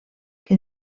que